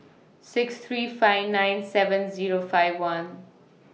six three five nine seven Zero five one